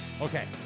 Okay